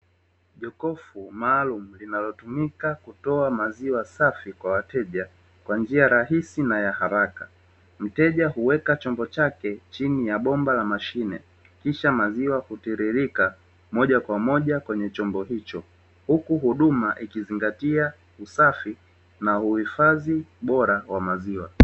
Jokofu maalumu linalotumika kutoa maziwa safi katika vyombo vya maziwa